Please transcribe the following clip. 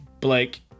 Blake